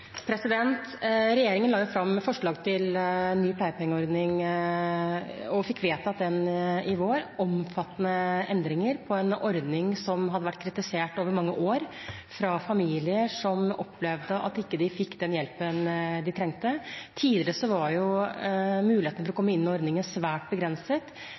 Regjeringen la fram forslag til ny pleiepengeordning og fikk vedtatt det i vår – omfattende endringer i en ordning som hadde vært kritisert over mange år, bl.a. av familier som opplevde at de ikke fikk den hjelpen de trengte. Tidligere var muligheten for å komme inn under ordningen svært begrenset.